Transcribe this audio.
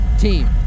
Team